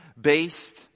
based